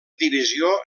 divisió